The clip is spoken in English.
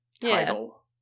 title